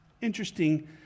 Interesting